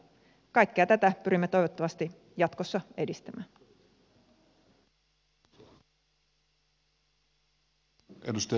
kaikkea tätä pyrimme toivottavasti jatkossa edistämään